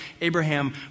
Abraham